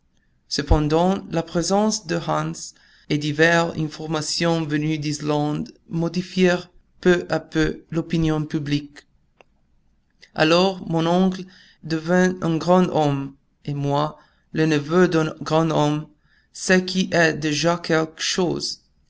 cependant le présence de hans et diverses informations venues d'islande modifièrent peu à peu l'opinion publique alors mon oncle devint un grand homme et moi le neveu d'un grand homme ce qui est déjà quelque chose